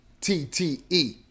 T-T-E